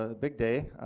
ah big day,